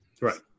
Right